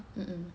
mmhmm